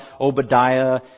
Obadiah